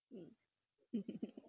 um